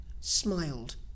smiled